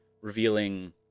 Revealing